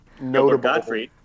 notable